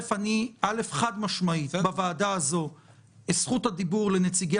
חד-משמעית בוועדה הזאת זכות הדיבור לנציגי